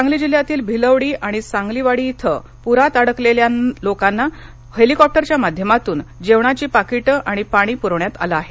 सांगली जिल्ह्यातील भिलवडी आणि सांगलीवाडी इथं पूरात अङकलेल्या लोकांना हेलिकॉप्टरच्या माध्यमातून जेवणाची पाकीटं आणि पाणी पुरविण्यात आलं आहे